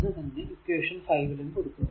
അത് തന്നെ ഇക്വേഷൻ 5 ലും കൊടുക്കുക